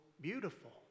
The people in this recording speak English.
beautiful